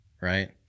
Right